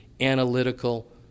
analytical